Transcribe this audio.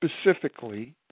Specifically